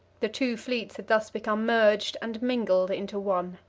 the two fleets had thus become merged and mingled into one.